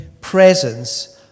presence